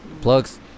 Plugs